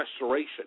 restoration